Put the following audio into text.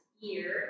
year